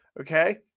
Okay